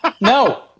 No